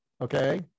Okay